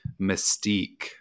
mystique